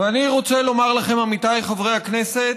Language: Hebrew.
ואני רוצה לומר לכם, עמיתיי חברי הכנסת,